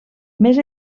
més